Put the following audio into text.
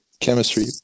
chemistry